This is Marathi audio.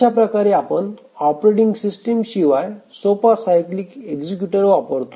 अशाप्रकारे आपण ऑपरेटिंग सिस्टिम शिवाय सोपा सायकलिक एक्झिक्युटर वापरतो